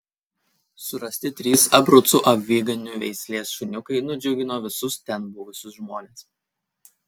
surasti trys abrucų aviganių veislės šuniukai nudžiugino visus ten buvusius žmones